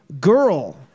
girl